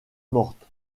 morte